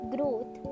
Growth